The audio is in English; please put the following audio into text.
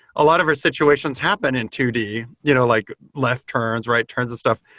a lot of our situations happen in two d, you know like left turns, right turns and stuff,